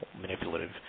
manipulative